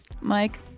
Mike